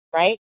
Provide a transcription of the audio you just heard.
right